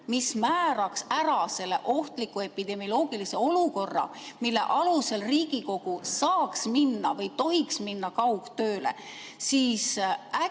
mis määraks ära selle ohtliku epidemioloogilise olukorra, mille alusel Riigikogu saaks minna või tohiks minna kaugtööle, siis äkki